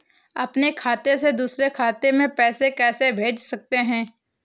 अपने खाते से दूसरे खाते में पैसे कैसे भेज सकते हैं?